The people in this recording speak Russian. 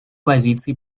позиции